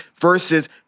versus